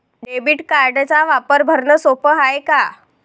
Debit कार्डचा वापर भरनं सोप हाय का?